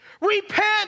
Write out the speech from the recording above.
repent